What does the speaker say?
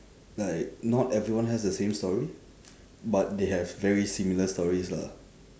like not everyone has the same story but they have very similar stories lah